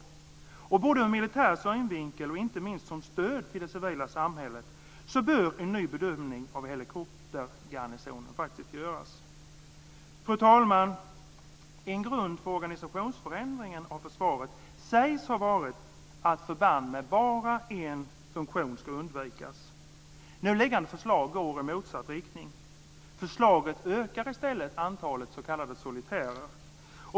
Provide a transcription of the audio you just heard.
Både ur militär synvinkel och inte minst som stöd till det civila samhället bör en ny bedömning av helikopterbataljonen göras. Fru talman! En grund för organisationsförändringen av försvaret sägs ha varit att förband med bara en funktion ska undvikas. Nu liggande förslag går i motsatt riktning. Förslaget ökar i stället antalet s.k. solitärer.